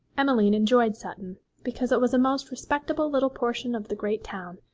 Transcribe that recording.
emmeline enjoyed sutton because it was a most respectable little portion of the great town,